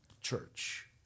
church